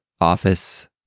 office